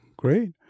Great